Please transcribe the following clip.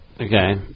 Okay